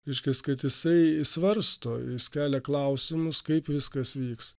reiškias kad jisai svarsto jis kelia klausimus kaip viskas vyks